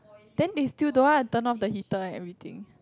then they still don't want to turn off the heater and everything